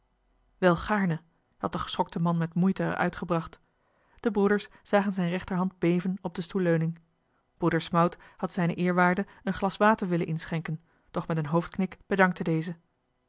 gaarne had de geschokte man met moeite er uit gebracht de broeders zagen zijn rechterhand beven op de stoelleuning broeder smout had z eerw een glas water willen inschenken doch met een hoofdknik bedankte deze